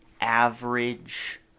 average